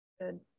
Good